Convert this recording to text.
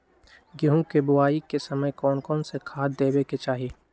गेंहू के बोआई के समय कौन कौन से खाद देवे के चाही?